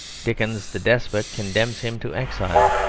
dickens the despot condemns him to exile.